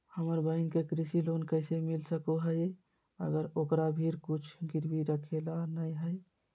हमर बहिन के कृषि लोन कइसे मिल सको हइ, अगर ओकरा भीर कुछ गिरवी रखे ला नै हइ?